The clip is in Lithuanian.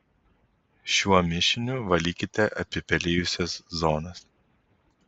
šiuo mišiniu valykite apipelijusias zonas